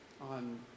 on